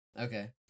Okay